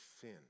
sin